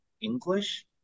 english